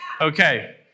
Okay